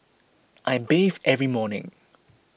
I bathe every morning